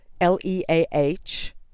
L-E-A-H